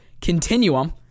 Continuum